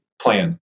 plan